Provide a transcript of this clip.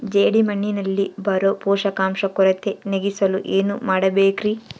ಜೇಡಿಮಣ್ಣಿನಲ್ಲಿ ಬರೋ ಪೋಷಕಾಂಶ ಕೊರತೆ ನೇಗಿಸಲು ಏನು ಮಾಡಬೇಕರಿ?